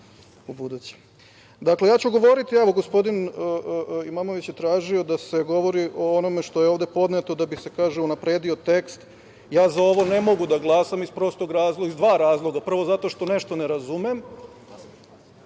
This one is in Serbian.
u buduće…Dakle, ja ću govoriti… Evo, gospodin Imamović je tražio da se govori o onome što je ovde podneto da bi se, kaže, unapredio tekst. Ja za ovo ne mogu da glasam iz dva razloga. Prvo, zato što deo ne razumem.